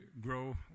grow